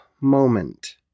moment